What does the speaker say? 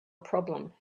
problem